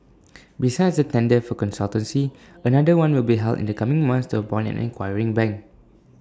besides the tender for the consultancy another one will be held in the coming months to appoint an acquiring bank